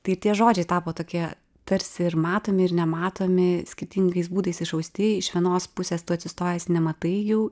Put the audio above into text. tai tie žodžiai tapo tokie tarsi ir matomi ir nematomi skirtingais būdais išausti iš vienos pusės tu atsistojęs nematai jau